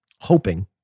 hoping